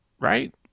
Right